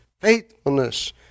Faithfulness